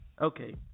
Okay